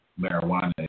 marijuana